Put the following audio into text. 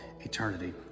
eternity